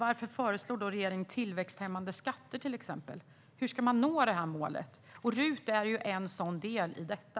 Varför föreslår regeringen då till exempel tillväxthämmande skatter? Hur ska man nå detta mål? RUT är en del i detta.